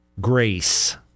grace